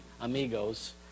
amigos